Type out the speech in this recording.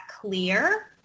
clear